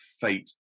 fate